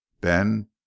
Ben